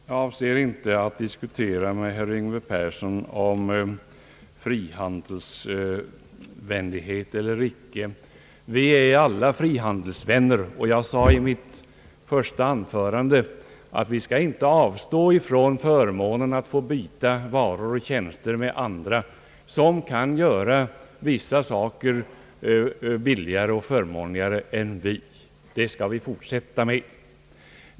Herr talman! Jag avser inte att diskutera med herr Yngve Persson om frihandelsvänlighet eller icke. Vi är alla frihandelsvänner, och jag sade i mitt första anförande att vi inte skall avstå från förmånerna att få byta varor och tjänster med andra som kan göra vissa saker billigare och förmånligare än vi. Det skall vi fortsätta med.